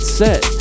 set